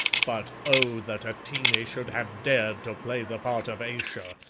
but oh! that atene should have dared to play the part of ayesha,